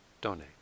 donate